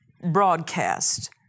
broadcast